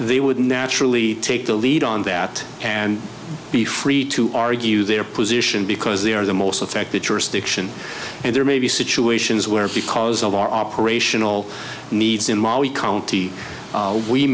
they would naturally take the lead on that and be free to argue their position because they are the most affected jurisdiction and there may be situations where because of our operational needs in mali county